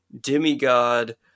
demigod